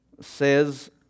Says